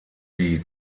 die